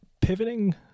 Pivoting